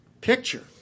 picture